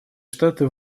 штаты